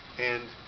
and